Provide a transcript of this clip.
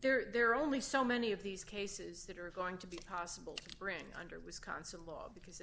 there are only so many of these cases that are going to be possible to bring under wisconsin law because